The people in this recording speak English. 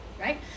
right